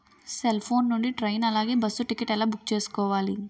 Cell phone నుండి train అలాగే bus ticket ఎలా బుక్ చేసుకోవాలి?